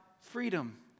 freedom